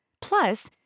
Plus